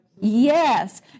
Yes